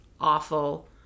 awful